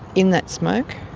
in that smoke,